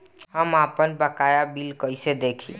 हम आपनबकाया बिल कइसे देखि?